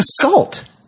assault